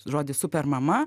žodį super mama